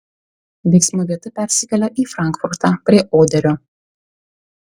veiksmo vieta persikelia į frankfurtą prie oderio